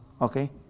Okay